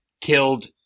killed